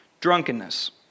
drunkenness